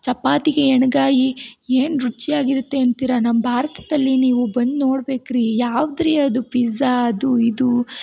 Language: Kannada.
ಚಪಾತಿಗೆ ಎಣ್ಗಾಯಿ ಏನು ರುಚಿಯಾಗಿರುತ್ತೆ ಅಂತೀರ ನಮ್ಮ ಭಾರತದಲ್ಲಿ ನೀವು ಬಂದು ನೋಡ್ಬೇಕು ರೀ ಯಾವ್ದು ರೀ ಅದು ಪೀಝಾ ಅದು ಇದು